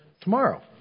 tomorrow